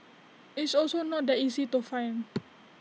it's also not that easy to find